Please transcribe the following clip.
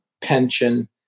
pension